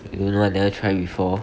I don't know I never try before